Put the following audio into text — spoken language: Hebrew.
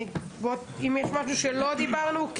אם יש משהו שלא דיברנו,